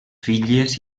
filles